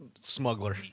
smuggler